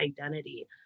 identity